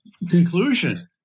Conclusion